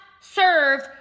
served